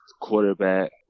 quarterback